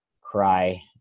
cry